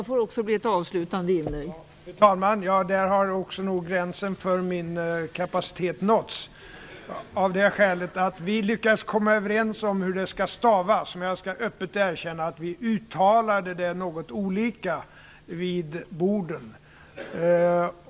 Fru talman! Där har nog gränsen för min kapacitet nåtts. Vi lyckades komma överens om hur ordet skall stavas, men jag skall öppet erkänna att vi uttalade det något olika vid borden.